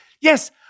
yes